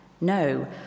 No